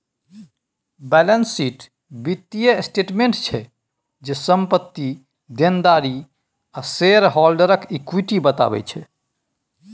balance sheet बित्तीय statement छै जे, संपत्ति, देनदारी आ शेयर हॉल्डरक इक्विटी बताबै छै